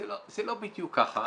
זה לא בדיוק ככה.